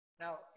Now